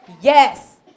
Yes